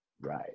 Right